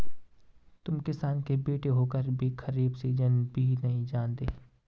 तुम किसान के बेटे होकर भी खरीफ सीजन भी नहीं जानते